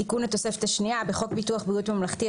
תיקון התוספת השנייה 1. בחוק ביטוח בריאות ממלכתי,